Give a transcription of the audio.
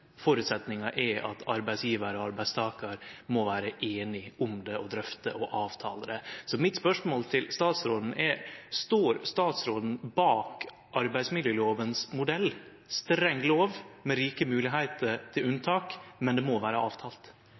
er at arbeidsgjevaren og arbeidstakaren må vere einige om det og drøfte og avtale det. Mitt spørsmål til statsråden er: Står statsråden bak modellen for arbeidsmiljølova: ei streng lov med rike moglegheiter til unntak, men det må vere avtalt?